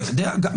אתה יודע,